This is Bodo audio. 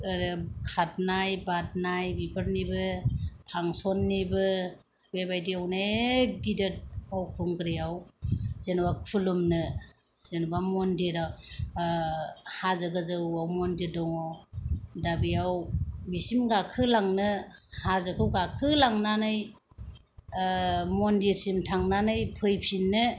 ओरै खारनाय बारनाय बेफोरनिबो फांसननिबो बेबायदि अनेख गिदिर बावखुंग्रिआव जेन'बा खुलुमनो जेन'बा मन्दिराव हाजो गोजौआव मन्दिर दङ दा बेयाव बिसिम गाखो लांनो हाजोखौ गाखो लांनानै मन्दिर सिम थांनानै फैफिननो